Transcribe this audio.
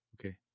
Okay